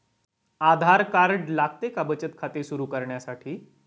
आधार card लागते का बचत खाते सुरू करण्यासाठी?